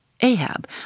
Ahab